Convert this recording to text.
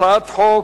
הצעת חוק,